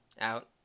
out